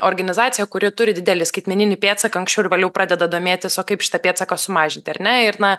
organizacija kuri turi didelį skaitmeninį pėdsaką anksčiau ar vėliau pradeda domėtis o kaip šitą pėdsaką sumažinti ar ne ir na